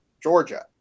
georgia